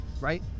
right